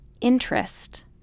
interest